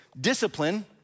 Discipline